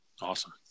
Awesome